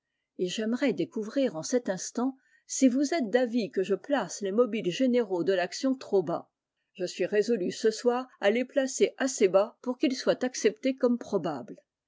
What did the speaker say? et j'aimerais découvrir en cet instant si vous êtes d'avis que je place les mobiles généraux de l'action trop bas je suis résolu ce soir à les placer assez bas pour t voir plus